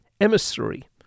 emissary